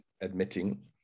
admitting